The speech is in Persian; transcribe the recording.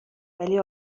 ولی